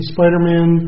Spider-Man